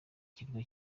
kirwa